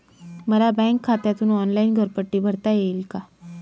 मला बँक खात्यातून ऑनलाइन घरपट्टी भरता येईल का?